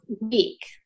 week